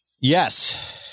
Yes